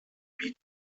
bieten